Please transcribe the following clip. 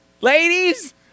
Ladies